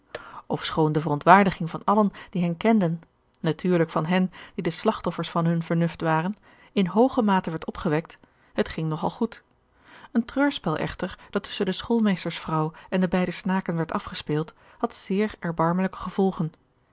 ofschoon de verontwaardiging van allen die hen kenden natuurlijk van hen die de slagtoffers van hun vernuft waren in hooge mate werd opgewekt het ging nog al goed een treurspel echter dat tusschen de schoolmeestersvrouw en de beide snaken werd afgespeeld had zeer erbarmelijke gevolgen